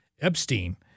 Epstein